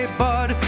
bud